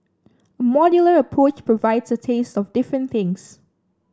a modular approach provides a taste of different things